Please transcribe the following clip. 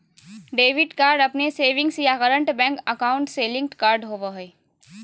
debit card अपने के savings या करंट बैंक अकाउंट से लिंक्ड कार्ड होबा हइ